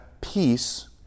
peace